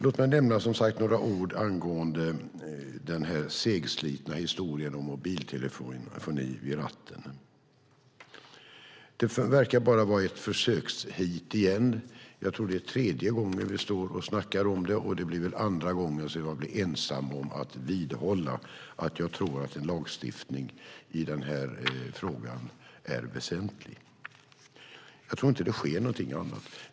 Låt mig som sagt var nämna några ord angående den segslitna historien om mobiltelefoni vid ratten. Det verkar bara vara ett försöksheat igen. Jag tror att det är tredje gången vi står och snackar om det, och det blir väl andra gången som jag blir ensam om att vidhålla att jag tror att en lagstiftning i den här frågan är väsentlig. Jag tror inte att det sker någonting annat.